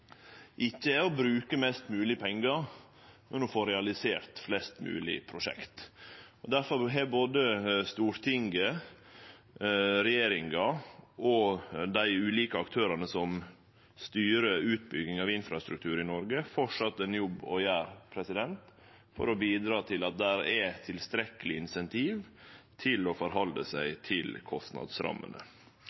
ikkje er å bruke mest mogleg pengar, men å få realisert flest moglege prosjekt. Difor har både Stortinget, regjeringa og dei ulike aktørane som styrer utbygginga av infrastruktur i Noreg, framleis ein jobb å gjere for å bidra til at det er tilstrekkeleg incentiv til å halde seg til kostnadsrammene.